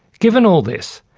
given all this,